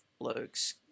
blokes